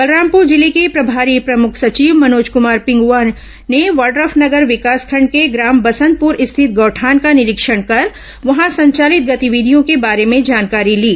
बलरामपुर जिले के प्रभारी प्रमुख सचिव मनोज कमार पिंगुआ ने वाइफनगर विकासखंड के ग्राम बंसतपुर स्थित गौठान का निरीक्षण कर वहां संचालित गतिविधियों के बारे में जानकारी ली